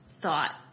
thought